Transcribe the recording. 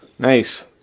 Nice